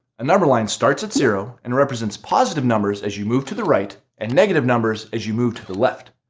a number line starts at zero, and represents positive numbers as you move to the right and negative numbers as you more to the left.